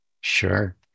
Sure